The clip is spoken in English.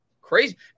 Crazy